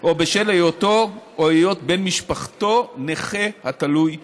או בשל היותו, או היות בן משפחתו, נכה התלוי ברכב.